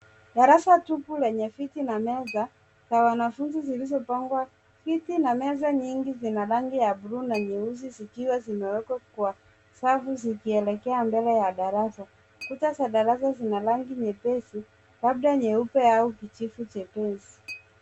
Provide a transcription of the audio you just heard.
Darasa tupu lenye viti na meza za wanafunzi zilizopangwa kiti na meza nyingi zina rangi ya blue na nyeusi zikiwa zimewekwa kwa safu zikielekea mbele ya darasa. Kuta za darasa zina rangi nyepesi labda nyeupe au kijivu jepesi.